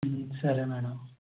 సరే మేడం